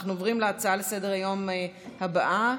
אנחנו עוברים להצעות לסדר-היום בנושא: